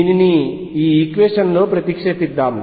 దీనిని ఈ ఈక్వేషన్ లో ప్రతిక్షేపిద్దాం